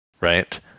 right